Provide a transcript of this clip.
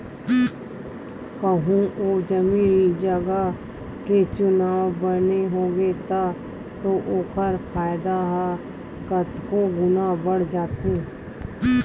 कहूँ ओ जमीन जगा के चुनाव बने होगे तब तो ओखर फायदा ह कतको गुना बड़ जाथे